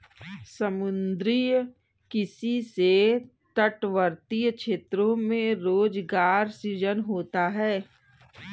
समुद्री किसी से तटवर्ती क्षेत्रों में रोजगार सृजन होता है